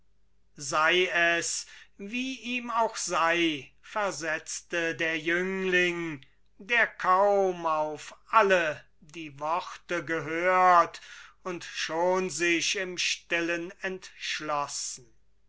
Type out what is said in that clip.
sei es wie ihm auch sei versetzte der jüngling der kaum auf alle die worte gehört und schon sich im stillen entschlossen